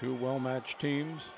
who well matched teams